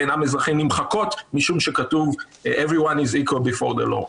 אזרחים נמחקות משום שכתוב everyone is equal before the law.